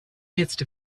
midst